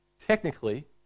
Technically